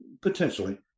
potentially